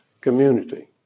community